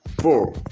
four